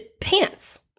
Pants